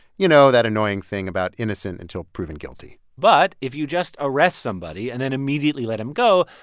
you know, that annoying thing about innocent until proven guilty but if you just arrest somebody and then immediately let him go,